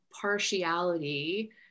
partiality